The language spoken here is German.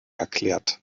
erklärt